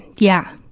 yeah,